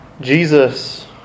Jesus